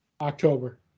October